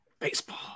Baseball